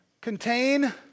contain